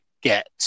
get